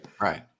Right